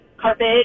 carpet